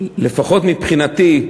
לפחות מבחינתי,